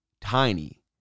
tiny